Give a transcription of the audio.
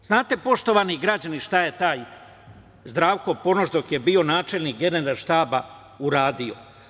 Jel znate, poštovani građani, šta je taj Zdravko Ponoš dok je bio načelnik Generalštaba uradio?